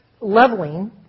leveling